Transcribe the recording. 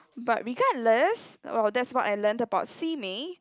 but regardless about that's what I learnt about Simei